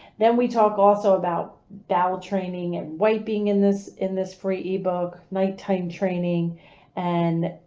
then we talk also about bowel training and wiping in this in this free ebook, nighttime training and